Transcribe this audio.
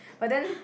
but then